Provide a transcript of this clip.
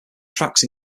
tracks